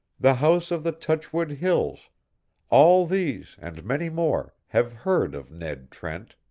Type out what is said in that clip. the house of the touchwood hills all these, and many more, have heard of ned trent.